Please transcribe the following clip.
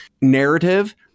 narrative